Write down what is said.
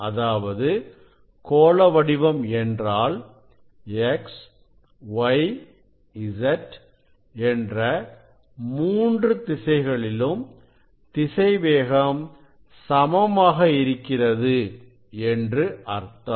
அதாவது கோள வடிவம் என்றால்X Y Z என்று மூன்று திசைகளிலும் திசைவேகம் சமமாக இருக்கிறது என்று அர்த்தம்